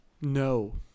No